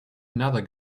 another